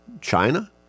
China